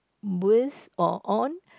with or on